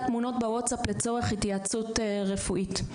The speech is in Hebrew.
תמונות בוואטסאפ לצורך התייעצות רפואית.